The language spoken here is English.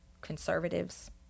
conservatives